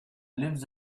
lives